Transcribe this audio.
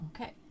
Okay